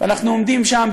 ואנחנו עומדים שם,